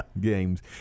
Games